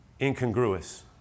Incongruous